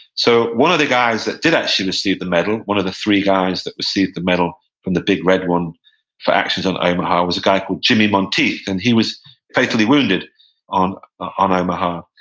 so one of the guys that did actually receive the medal, one of the three guys that received the medal from the big red one for actions on omaha, omaha, was a guy called jimmie monteith, and he was fatally wounded on on omaha.